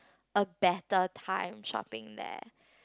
a better time shopping there